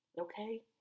okay